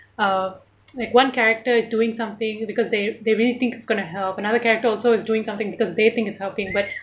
uh like one character is doing something because they they really think it's going to help another character also is doing something because they think it's helping but